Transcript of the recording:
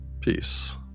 Peace